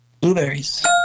Blueberries